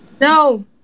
no